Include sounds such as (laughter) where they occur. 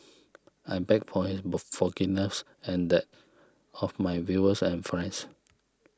I beg for his (unintelligible) forgiveness and that of my viewers and friends